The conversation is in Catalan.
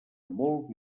molt